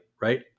right